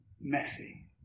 messy